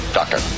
doctor